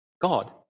God